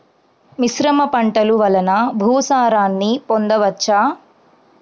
మిశ్రమ పంటలు వలన భూసారాన్ని పొందవచ్చా?